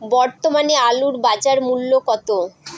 বর্তমানে আলুর বাজার মূল্য কত?